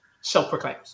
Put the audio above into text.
self-proclaimed